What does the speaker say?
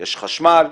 יש חשמל,